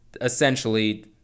essentially